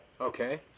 Okay